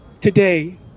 today